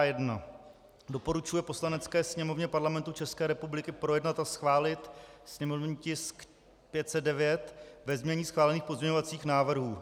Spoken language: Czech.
I. doporučuje Poslanecké sněmovně Parlamentu České republiky projednat a schválit sněmovní tisk 509 ve znění schválených pozměňovacích návrhů.